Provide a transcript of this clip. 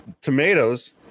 tomatoes